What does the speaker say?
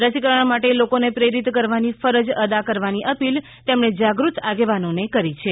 રસીકરણ માટે લોકોને પ્રેરિત કરવાની ફરજ અદા કરવાની અપીલ તેમણે જાગૃત આગેવાનો ને કરી છે